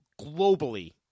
globally